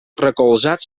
recolzat